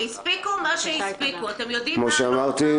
הספיקו מה שהספיקו -- כמו שאמרתי,